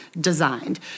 designed